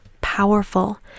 powerful